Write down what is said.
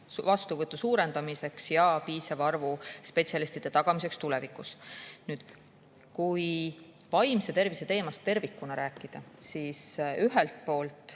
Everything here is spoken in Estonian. vastuvõtu suurendamiseks ja piisava arvu spetsialistide tagamiseks tulevikus. Nüüd kui vaimse tervise teemast tervikuna rääkida, siis ühelt poolt